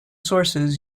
sources